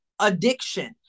addiction